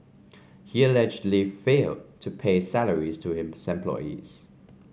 he allegedly failed to pay salaries to his employees